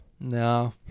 No